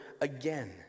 again